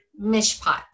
mishpat